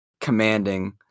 commanding